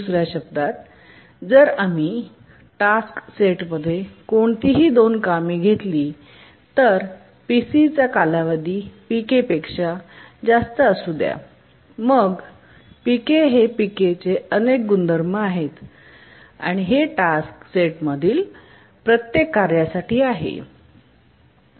दुस या शब्दांत जर आम्ही टास्क सेटमध्ये कोणतीही दोन कामे घेतली तर Pc चा कालावधी Pk पेक्षा जास्त असू द्या मग Pk हे Pk चे अनेक गुणधर्म आहे आणि हे टास्क सेट मधील प्रत्येक कार्यासाठी आहे